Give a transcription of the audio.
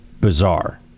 bizarre